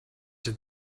had